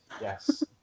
Yes